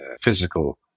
physical